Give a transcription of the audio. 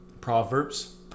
proverbs